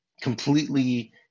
completely